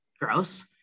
gross